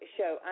Show